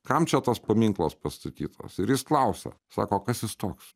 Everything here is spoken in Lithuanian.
kam čia tas paminklas pastatytas ir jis klausia sako kas jis toks